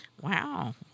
Wow